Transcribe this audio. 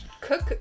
cook